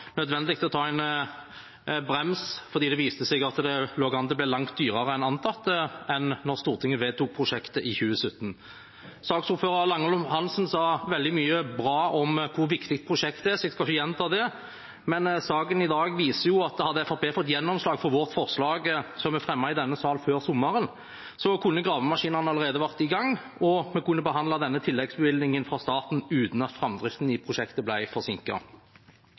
Det viste seg at det lå an til å bli langt dyrere enn antatt da Stortinget vedtok prosjektet i 2017. Saksordføreren, Langholm Hansen, sa veldig mye bra om hvor viktig prosjektet er. Jeg skal ikke gjenta det. Men saken i dag viser at hadde Fremskrittspartiet fått gjennomslag for vårt forslag som vi fremmet i denne sal før sommeren, kunne gravemaskinene allerede vært i gang, og vi kunne behandlet denne tilleggsbevilgningen fra staten uten at framdriften i prosjektet